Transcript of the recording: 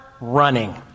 running